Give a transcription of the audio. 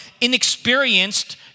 inexperienced